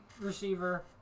receiver